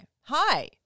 Hi